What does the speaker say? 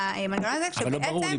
במנוע הזה כשבעצם --- אבל לא ברור לי